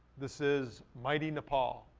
this is maite nepal.